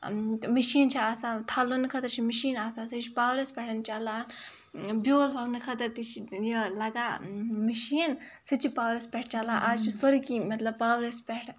machine چھِ آسان تھلنہٕ خٲطر چھِ مِشیٖن آسان سۄ چھِ پاورَس پٮ۪ٹھ چلان بیول وَونہٕ خٲطرٕ تہِ چھُ لگان مِشیٖن سُہ چھِ پاورس پٮ۪ٹھ چلان آز چھُ سورُے کیٚنہہ مطلب پاورس پٮ۪ٹھ